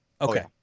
Okay